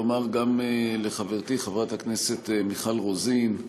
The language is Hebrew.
לומר גם לחברתי חברת הכנסת מיכל רוזין,